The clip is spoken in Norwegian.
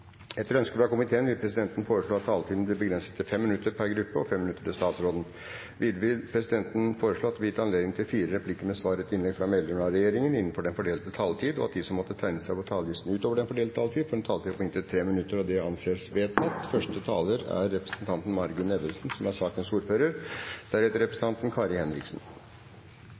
Etter ønske fra justiskomiteen vil presidenten foreslå at taletiden blir begrenset til 5 minutter til hver partigruppe og 5 minutter til statsråden. Videre vil presidenten foreslå at det blir gitt anledning til fire replikker med svar etter innlegg fra medlemmer av regjeringen innenfor den fordelte taletid, og at de som måtte tegne seg på talerlisten utover den fordelte taletid, får en taletid på inntil 3 minutter. – Det anses vedtatt. Som presidenten nevnte, er